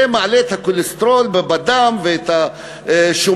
זה מעלה את הכולסטרול בדם ואת השומנים,